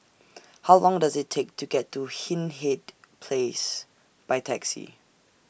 How Long Does IT Take to get to Hindhede Place By Taxi